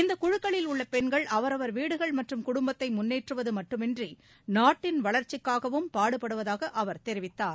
இந்தக் குழுக்களில் உள்ள பெண்கள் அவரவர் வீடுகள் மற்றும் குடும்பத்தை முன்னேற்றுவது மட்டுமன்றி நாட்டின் வளர்ச்சிக்காகவும் பாடுபடுவதாக அவர் தெரிவித்தார்